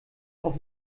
auf